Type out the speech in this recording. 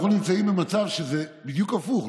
אנחנו נמצאים במצב שזה בדיוק הפוך,